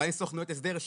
באות סוכנויות הסדר,